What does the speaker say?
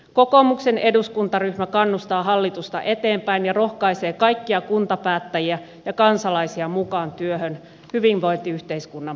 kokoomuksen eduskuntaryhmä kannustaa hallitusta eteenpäin ja rohkaisee kaikkia kuntapäättäjiä ja kansalaisia mukaan työhön hyvinvointiyhteiskunnan pelastamiseksi